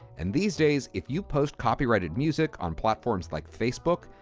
and these days if you post copyrighted music on platforms like facebook,